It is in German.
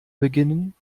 beginnen